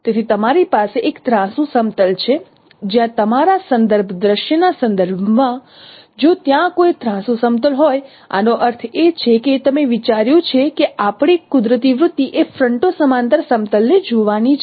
તેથી તમારી પાસે એક ત્રાંસુ સમતલ છે જ્યાં તમારા સંદર્ભ દૃશ્યના સંદર્ભમાં જો ત્યાં કોઈ ત્રાંસુ સમતલ હોય આનો અર્થ એ છે કે તમે વિચાર્યું છે કે આપણી કુદરતી વૃત્તિ એ ફ્રન્ટો સમાંતર સમતલને જોવાની છે